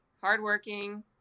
hardworking